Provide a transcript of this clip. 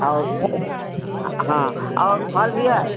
और फल हाँ और फल भी है